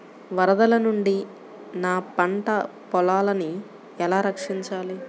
వరదల నుండి నా పంట పొలాలని ఎలా రక్షించాలి?